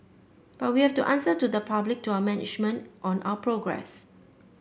but we've to answer to the public to our management on our progress